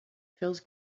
feels